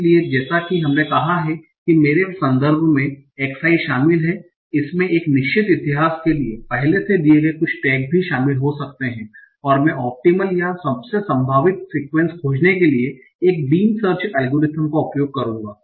इसलिए जैसा कि हमने कहा है कि मेरे संदर्भ में xi शामिल है इसमें एक निश्चित इतिहास के लिए पहले से दिए गए कुछ टैग भी शामिल हो सकते हैं और मैं ओप्टिमल या सबसे संभावित सीक्वेंस खोजने के लिए एक बीम सर्च एल्गोरिथ्म का उपयोग करूंगा